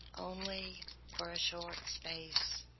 only for a short space,